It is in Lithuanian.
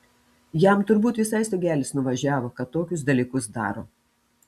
jam turbūt visai stogelis nuvažiavo kad tokius dalykus daro